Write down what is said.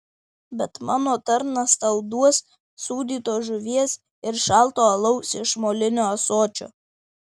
bet mano tarnas tau duos sūdytos žuvies ir šalto alaus iš molinio ąsočio